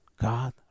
God